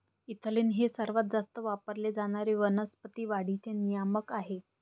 ethylene हे सर्वात जास्त वापरले जाणारे वनस्पती वाढीचे नियामक आहे